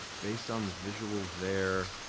based on the visual there,